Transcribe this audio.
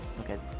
Okay